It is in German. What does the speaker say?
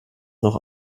noch